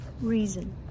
reason